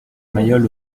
mayol